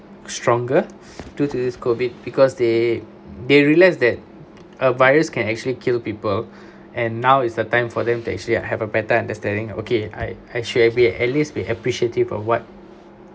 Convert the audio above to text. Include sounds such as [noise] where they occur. stronger [breath] due to this COVID because they they realised that a virus can actually kill people and now is the time for them to actually have a better understanding okay I as we be at least be appreciative of what